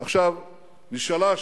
הוא כזה, הוא כזה, שהוא שונה.